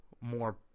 more